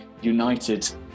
United